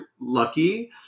lucky